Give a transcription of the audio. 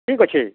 ଠିକ୍ ଅଛେ